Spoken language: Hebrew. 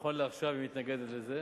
נכון לעכשיו, היא מתנגדת לזה.